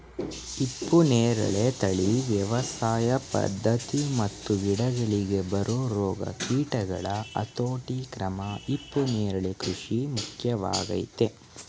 ಹಿಪ್ಪುನೇರಳೆ ತಳಿ ವ್ಯವಸಾಯ ಪದ್ಧತಿ ಮತ್ತು ಗಿಡಗಳಿಗೆ ಬರೊ ರೋಗ ಕೀಟಗಳ ಹತೋಟಿಕ್ರಮ ಹಿಪ್ಪುನರಳೆ ಕೃಷಿಗೆ ಮುಖ್ಯವಾಗಯ್ತೆ